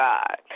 God